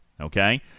okay